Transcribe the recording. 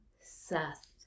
Seth